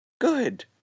good